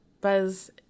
Buzz